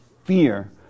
Fear